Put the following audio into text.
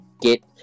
get